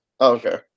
Okay